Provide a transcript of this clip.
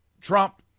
Trump